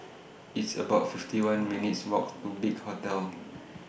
It's about fifty one minutes' Walk to Big Hotel